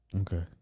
Okay